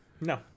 No